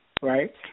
right